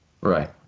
Right